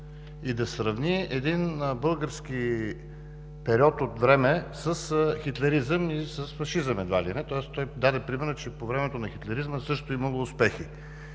и да сравни един български период от време с хитлеризъм и с фашизъм, едва ли не. Тоест, той даде пример, че по времето на хитлеризма също е имало успехи.